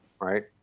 right